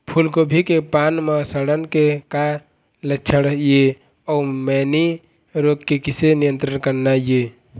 फूलगोभी के पान म सड़न के का लक्षण ये अऊ मैनी रोग के किसे नियंत्रण करना ये?